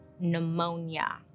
Pneumonia